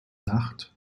nacht